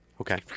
Okay